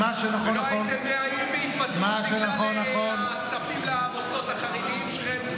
ולא הייתם מאיימים בהתפטרות בגלל הכספים למוסדות החרדיים שלכם,